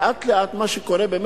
מה שקורה לאט-לאט,